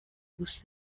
gusa